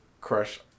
Crush